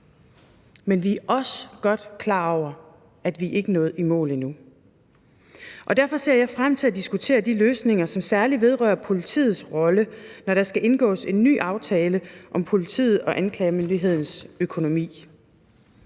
Men vi er også godt klar over, at vi ikke er nået i mål endnu. Derfor ser jeg frem til at diskutere de løsninger, som særlig vedrører politiets rolle, når der skal indgås en ny aftale om politiet og anklagemyndighedens økonomi.